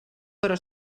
però